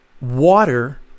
water